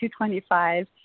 225